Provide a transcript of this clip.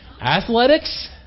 Athletics